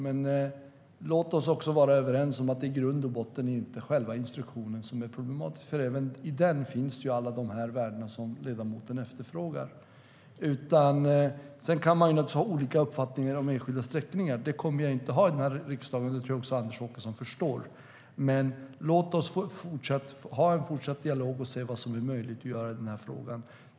Men låt oss också vara överens om att det i grund och botten inte är själva instruktionen som är problematisk. Även i den ingår alla de värden som ledamoten efterfrågar. Sedan kan man naturligtvis ha olika uppfattningar om enskilda sträckningar. Det kan jag inte ha här i riksdagen, vilket jag tror att också Anders Åkesson förstår. Men låt oss ha en fortsatt dialog och se vad som är möjligt att åstadkomma i den här frågan.